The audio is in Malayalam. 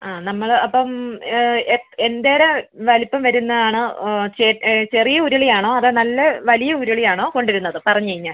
ആ നമ്മൾ അപ്പം എന്തേരം വലിപ്പം വരുന്നത് ആണ് ചെറിയ ഉരുളി ആണോ അതോ നല്ല വലിയ ഉരുളി ആണോ കൊണ്ടുവരുന്നത് പറഞ്ഞ് കഴിഞ്ഞാൽ